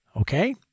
okay